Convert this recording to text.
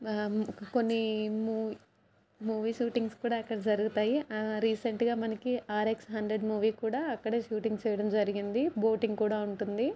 కొన్ని move movie shootings కూడా అక్కడ జరుగుతాయి రీసెంట్గా మనకి ఆర్ఎక్స్ హండ్రెడ్ మూవీ కూడా అక్కడే షూటింగ్ చేయడం జరిగింది బోటింగ్ కూడా ఉంటుంది